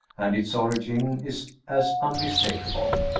and its origin is as unmis takable.